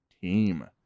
team